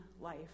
life